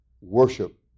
worship